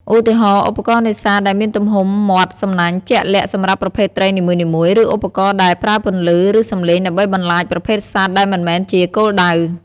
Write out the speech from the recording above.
ឧទាហរណ៍ ឧបករណ៍នេសាទដែលមានទំហំមាត់សំណាញ់ជាក់លាក់សម្រាប់ប្រភេទត្រីនីមួយៗ ឬឧបករណ៍ដែលប្រើពន្លឺ ឬសំឡេងដើម្បីបន្លាចប្រភេទសត្វដែលមិនមែនជាគោលដៅ។